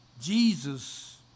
Jesus